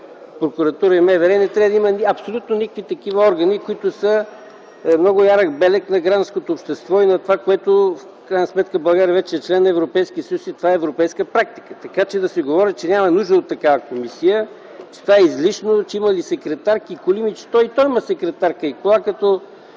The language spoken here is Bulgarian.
Прокуратура и МВР – не трябва да има никакви такива органи, които са много ярък белег на гражданското общество. В крайна сметка – България вече е член на Европейския съюз и това е европейска практика. Така че да се говори, че няма нужда от такава комисия, че това е излишно, че имали секретарки, коли, ами, че то и там има – секретарка и кола като